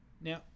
Now